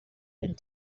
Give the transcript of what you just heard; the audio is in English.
and